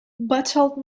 bottled